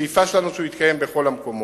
השאיפה שלנו שהוא יתקיים בכל המקומות.